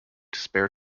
spare